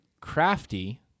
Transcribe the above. crafty